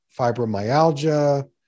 fibromyalgia